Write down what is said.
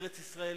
ארץ-ישראל,